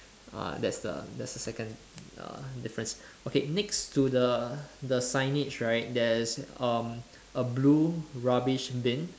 uh that's the that's the second uh difference okay next to the the signage right there's um a blue rubbish bin